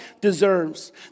deserves